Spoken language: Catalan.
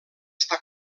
està